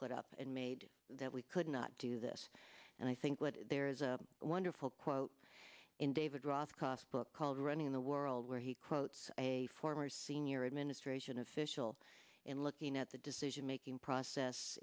put up and made that we could not do this and i think what there is a wonderful quote in david rothkopf book called running the world where he quotes a former senior administration official and looking at the decision making process